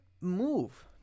move